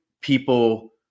people